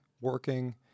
working